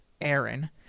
Aaron